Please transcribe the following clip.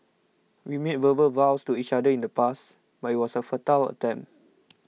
we made verbal vows to each other in the pasts my was a futile attempt